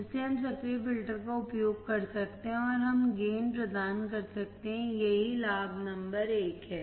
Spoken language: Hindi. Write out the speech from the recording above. इसलिए हम सक्रिय फ़िल्टर का उपयोग कर सकते हैं और हम गेन प्रदान कर सकते हैं यही लाभ नंबर एक है